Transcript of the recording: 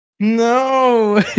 No